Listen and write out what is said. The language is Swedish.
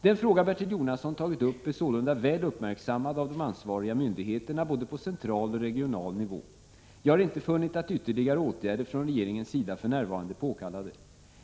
Den fråga Bertil Jonasson tagit upp är sålunda väl uppmärksammad av de ansvariga myndigheterna både på central och regional nivå. Jag har inte funnit att ytterligare åtgärder från regeringens sida för närvarande är påkallade.